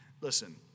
Listen